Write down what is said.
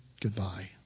goodbye